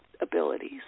abilities